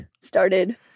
started